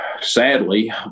sadly